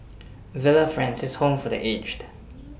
Villa Francis Home For The Aged